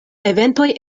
eventoj